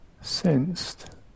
sensed